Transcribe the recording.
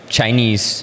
Chinese